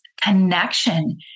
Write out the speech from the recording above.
connection